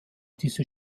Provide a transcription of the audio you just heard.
diese